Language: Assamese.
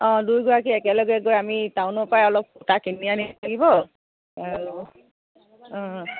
অঁ দুয়োগৰাকী একেলগে গৈ আমি টাউনৰপৰাই অলপ সূতা কিনি আনিব লাগিব আৰু অঁ